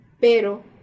Pero